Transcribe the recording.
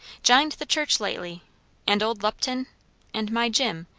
jined the church lately and old lupton and my jim,